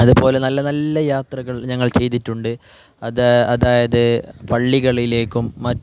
അതേ പോലെ നല്ല നല്ല യാത്രകൾ ഞങ്ങൾ ചെയ്തിട്ടുണ്ട് അതായത് പള്ളികളിലേക്കും മറ്റും